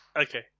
Okay